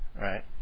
right